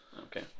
Okay